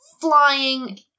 flying